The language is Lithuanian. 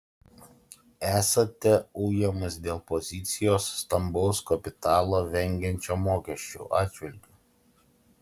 esate ujamas dėl pozicijos stambaus kapitalo vengiančio mokesčių atžvilgiu